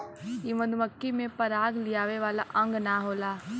इ मधुमक्खी में पराग लियावे वाला अंग ना होला